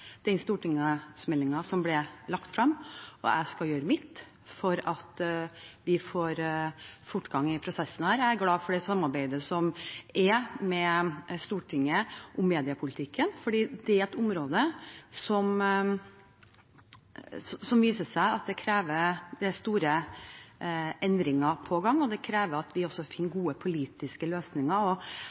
den stortingsmeldingen som ble lagt frem, og jeg skal gjøre mitt for at vi får fortgang i prosessen. Jeg er glad for det samarbeidet som er med Stortinget om mediepolitikken, for det er store endringer på gang, og det er et område som